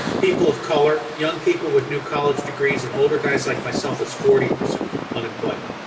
people of colour, young people with new college degrees and older guys like myself it's forty percent unemployment.